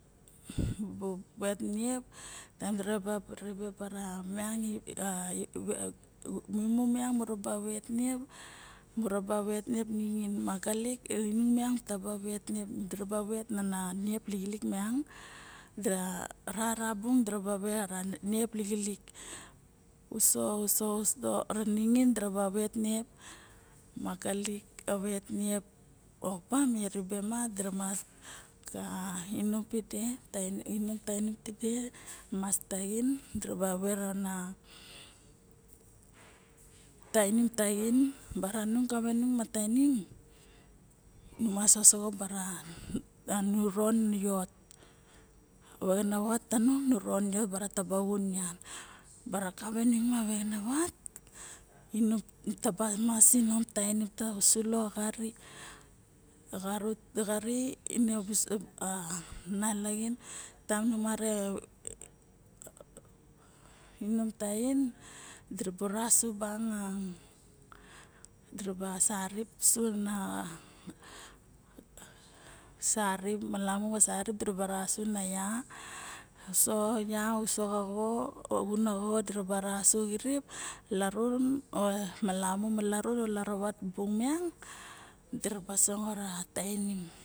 Bu pet niep taem diraba ribe bara imu miang muraba vet niep ningin magalip miang da rara bung ka vet a niep lixilik uso uso ra ningin vet niep magalik ka vet niep opa me ribe madimas ka inom tide moxo vet tainim tide na mas taxin diraba ver ana tainim taxin bara nung rava nung ma tainim nu mas usoxo bara nu gat vexenavat tanung nu ron bara taba xun nian bara kave nung ma vexenavat taba ma inom tainim ta sulo ari a ine a nalaxin taem nu mara inom taxin diraba ra su banga diraba sarip su na ya uso xa xo mana xo diraba rasu xirip larun o ma laravat bung miang dira sangot a tainim.